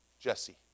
Jesse